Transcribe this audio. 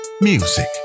Music